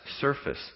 surface